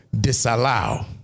disallow